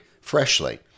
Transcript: freshly